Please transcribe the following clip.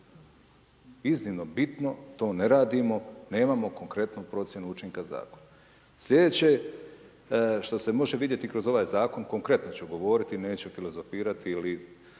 iznimno bitno to ne radimo, nemamo konkretnu procjenu učinka zakona. Slijedeće što se može vidjeti kroz ovaj zakon konkretno ću govoriti, neću filozofirati ili